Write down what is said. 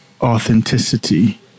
authenticity